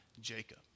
Jacob